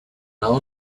known